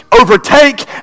overtake